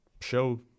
show